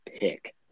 pick